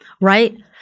right